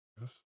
Yes